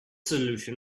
solution